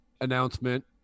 announcement